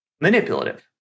manipulative